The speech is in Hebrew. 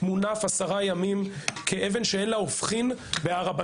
מונף במשך עשרה ימים כאבן שאין לה הופכין בהר הבית.